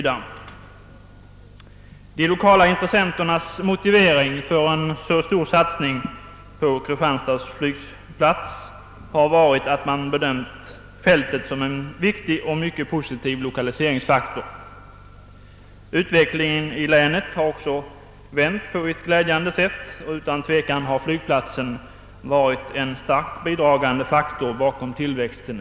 De lokala intressenternas motivering för en så stor satsning på Kristianstads flygplats har varit att de bedömt fältet som en viktig och mycket positiv lokaliseringsfaktor. Utvecklingen i länet har också vänt på ett glädjande sätt, och utan tvivel har flygplatsen starkt bidragit till denna tillväxt.